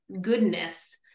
goodness